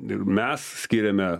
ir mes skiriame